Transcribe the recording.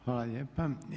Hvala lijepa.